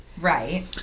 Right